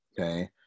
Okay